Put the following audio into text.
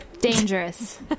dangerous